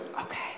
Okay